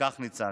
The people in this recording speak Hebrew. וכך ניצל.